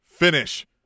finish